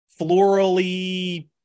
florally